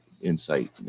insight